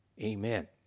Amen